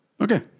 Okay